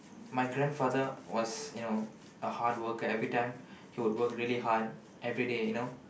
my grandfather was you know a hard worker every time he would work really hard every day you know